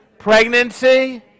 Pregnancy